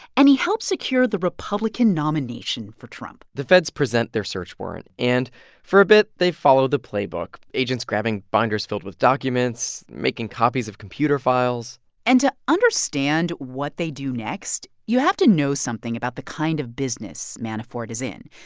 and he helped secure the republican nomination for trump the feds present their search warrant. and for a bit, they follow the playbook agents grabbing binders filled with documents, making copies of computer files and to understand what they do next, you have to know something about the kind of business manafort is in.